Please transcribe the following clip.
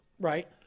Right